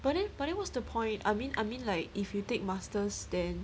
but then but then whats the point I mean I mean like if you take masters then